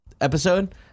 episode